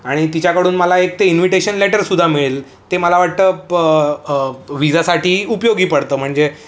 आणि तिच्याकडून मला एक ते इन्व्हिटेशन लेटरसुद्धा मिळेल ते मला वाटतं प विझासाठी उपयोगी पडतं म्हणजे